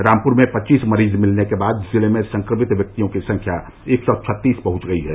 रामपुर में पच्चीस मरीज मिलने के बाद जिले में संक्रमित व्यक्तियों की संख्या एक सौ छत्तीस पहंच गई है